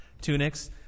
tunics